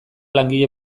langile